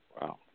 Wow